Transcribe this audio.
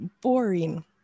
boring